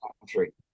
country